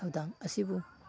ꯊꯧꯗꯥꯡ ꯑꯁꯤꯕꯨ